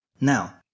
Now